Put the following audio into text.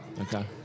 Okay